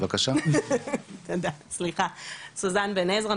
אני סוזן בן עזרא,